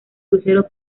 crucero